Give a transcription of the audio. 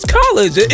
college